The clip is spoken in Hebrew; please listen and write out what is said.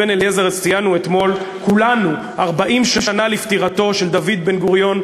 אתמול ציינו כולנו 40 שנה לפטירתו של דוד בן-גוריון,